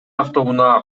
автоунаа